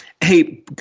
Hey